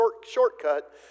shortcut